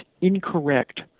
incorrect